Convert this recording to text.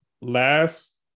last